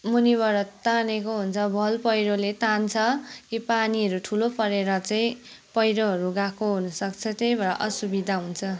मुनीबाट तानेको हुन्छ भल पहिरोले तान्छ कि पानीहरू ठुलो परेर चाहिँ पहिरोहरू गएको हुनु सक्छ त्यही भएर असुविधा हुन्छ